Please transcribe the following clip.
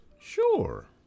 sure